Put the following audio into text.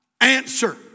answer